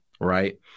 right